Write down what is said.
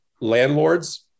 landlords